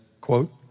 quote